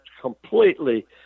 completely